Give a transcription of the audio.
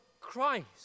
Christ